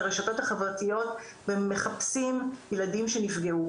הרשתות החברתיות ומחפשים ילדים שנפגעו,